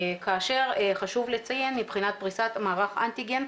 חשוב לציין מבחינת פריסת מערך אנטיגן,